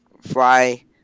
fly